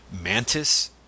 Mantis